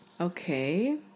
Okay